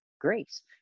grace